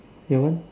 your one